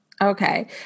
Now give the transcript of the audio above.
okay